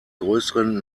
größeren